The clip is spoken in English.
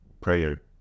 prayer